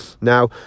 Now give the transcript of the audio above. Now